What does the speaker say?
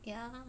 ya